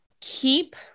keep